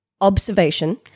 observation